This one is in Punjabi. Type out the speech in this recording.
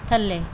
ਥੱਲੇ